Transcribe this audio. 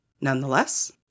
Nonetheless